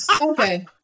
Okay